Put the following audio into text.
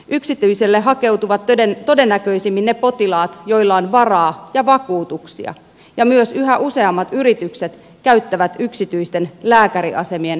yksityiselle hakeutuvat todennäköisimmin ne potilaat joilla on varaa ja vakuutuksia ja myös yhä useammat yritykset käyttävät yksityisten lääkäriasemien työterveyspalveluja